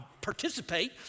participate